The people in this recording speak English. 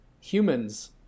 humans